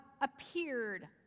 appeared